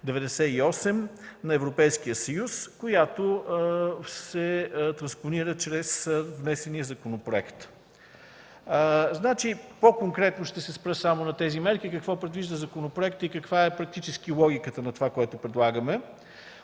на Европейския съюз, която се транспонира чрез внесения законопроект. По-конкретно ще се спра на тези мерки – какво предвижда законопроектът и каква е практически логиката на това, което предлагаме.